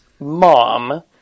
Mom